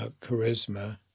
Charisma